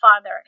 father